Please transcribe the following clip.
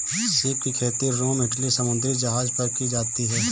सीप की खेती रोम इटली समुंद्री जगह पर की जाती है